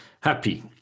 happy